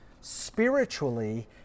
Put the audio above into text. spiritually